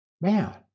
man